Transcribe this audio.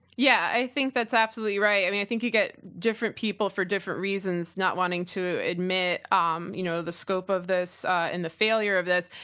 yeah, i think that's absolutely right. i mean i think you get different people for different reasons not wanting to admit um you know the scope of this and the failure of this.